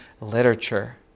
literature